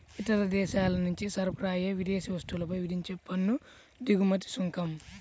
ఇతర దేశాల నుంచి సరఫరా అయ్యే విదేశీ వస్తువులపై విధించే పన్ను దిగుమతి సుంకం